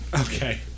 Okay